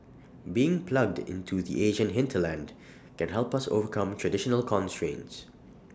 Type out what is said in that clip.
being plugged into the Asian hinterland can help us overcome traditional constraints